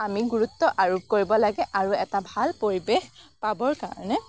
আমি গুৰুত্ব আৰোপ কৰিব লাগে আৰু এটা ভাল পৰিৱেশ পাবৰ কাৰণে